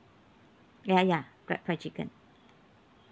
ya ya fried fried chicken